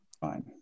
fine